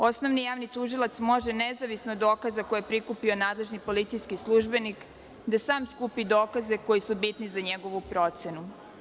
Osnovni javni tužilac može nezavisno od dokaza koje je prikupio nadležni policijski službenik da sam skupi dokaze koji su bitni za njegovu procenu.